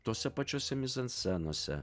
tose pačiose mizanscenose